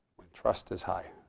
trust is high.